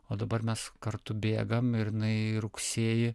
o dabar mes kartu bėgam ir jinai rugsėjį